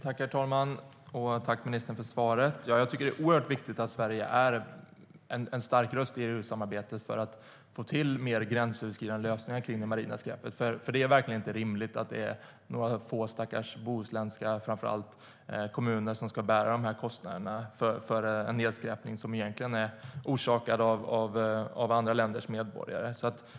Herr talman! Tack, ministern, för svaret! Ja, jag tycker att det är oerhört viktigt att Sverige är en stark röst i EU-samarbetet för att få fram mer gränsöverskridande lösningar gällande det marina skräpet. Det är verkligen inte rimligt att några få stackars kommuner, framför allt bohuslänska, ska bära kostnaderna för en nedskräpning som egentligen är orsakad av andra länders medborgare.